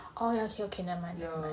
orh ya okay okay never mind